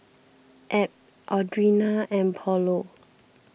Ab Audrina and Paulo